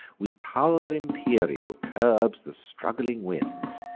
with pow'r imperial curbs the struggling winds,